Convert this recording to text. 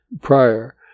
prior